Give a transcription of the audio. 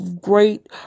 great